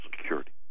Security